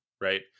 right